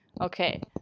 okay